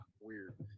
weird